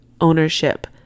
ownership